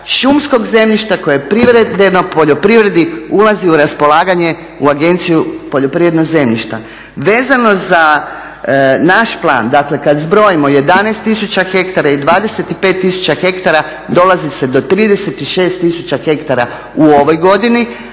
šumskog zemljišta koje je privedeno poljoprivredi ulazi u raspolaganje u Agenciju poljoprivrednog zemljišta. Vezano za naš plan, dakle kad zbrojimo 11000 hektara i 25000 hektara dolazi se do 36000 hektara u ovoj godini,